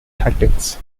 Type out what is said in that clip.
tactics